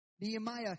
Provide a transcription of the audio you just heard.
Nehemiah